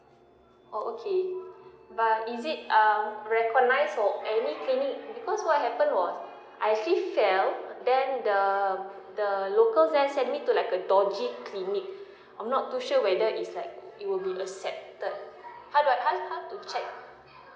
oh okay but is it uh recognised for any clinic because what happened was I actually fell then the the locals there said I need a like a dodgy clinic I'm not too sure whether is like it will be accepted how do I how how to check